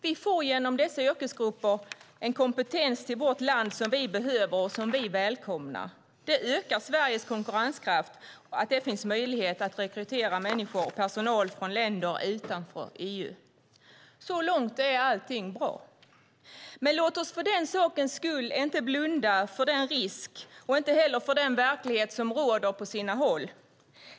Vi får genom dessa yrkesgrupper en kompetens till vårt land som vi behöver och som vi välkomnar. Det ökar Sveriges konkurrenskraft att det finns möjlighet att rekrytera människor och personal från länder utanför EU. Så långt är allting bra. Men låt oss för den sakens skull inte blunda för riskerna och inte heller för den verklighet som råder på sina håll.